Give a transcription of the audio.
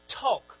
talk